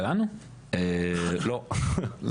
אז